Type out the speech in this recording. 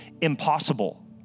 impossible